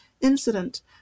incident